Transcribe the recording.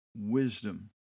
wisdom